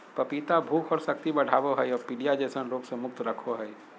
पपीता भूख और शक्ति बढ़ाबो हइ और पीलिया जैसन रोग से मुक्त रखो हइ